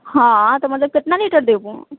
हँ तऽ मतलब कितना लीटर देबहू